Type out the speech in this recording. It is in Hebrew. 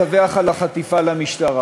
הטענות נגד אופן החקירה,